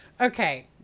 Okay